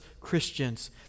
Christians